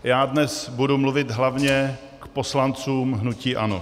Já dnes budu mluvit hlavně k poslancům hnutí ANO.